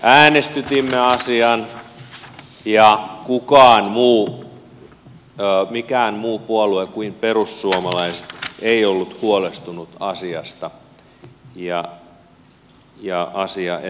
äänestytimme asian ja mikään muu puolue kuin perussuomalaiset ei ollut huolestunut asiasta ja asia eteni tänne